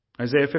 Isaiah